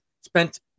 spent